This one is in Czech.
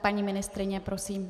Paní ministryně, prosím.